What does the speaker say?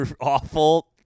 awful